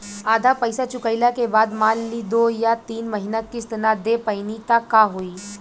आधा पईसा चुकइला के बाद मान ली दो या तीन महिना किश्त ना दे पैनी त का होई?